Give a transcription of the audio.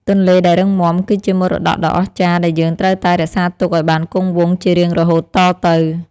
ទន្លេដែលរឹងមាំគឺជាមរតកដ៏អស្ចារ្យដែលយើងត្រូវតែរក្សាទុកឱ្យបានគង់វង្សជារៀងរហូតតទៅ។